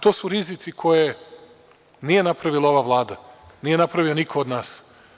To su rizici koje nije napravila ova Vlada, nije napravio niko od nas.